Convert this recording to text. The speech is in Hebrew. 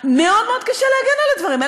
מאוד מאוד קשה להגן על הדברים האלה.